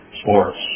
sports